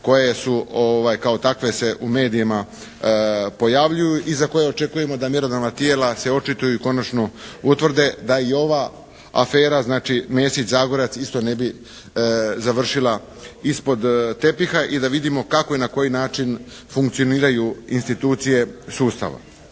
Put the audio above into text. koje su kao takve se u medijima pojavljuju i za koje očekujemo da mjerodavna tijela se očituju i konačno utvrde da i ova afera znači Mesić – Zagorac isto ne bi završila ispod tepiha i da vidimo kako i na koji način funkcioniraju institucije sustava.